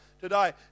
today